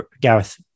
gareth